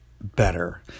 better